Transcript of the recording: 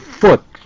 foot